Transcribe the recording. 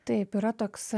taip yra toks